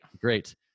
great